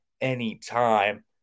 anytime